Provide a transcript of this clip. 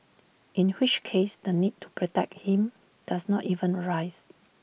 in which case the need to protect him does not even arise